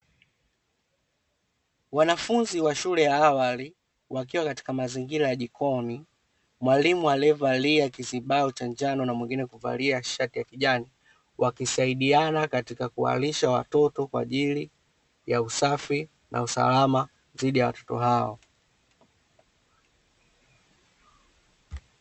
Wanafunzi wa shule ya awali wakiwa katika mazingira ya jikoni, mwalimu aliyevalia kizibao cha njano na mwingine kuvalia shati ya kijani, wakisaidiana katika kuwalisha watoto kwaajili ya usafi na usalama dhidi ya watoto hawa.